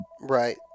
Right